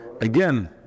Again